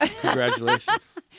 Congratulations